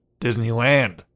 Disneyland